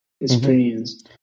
experience